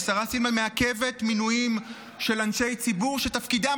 השרה סילמן מעכבת מינויים של אנשי ציבור שתפקידם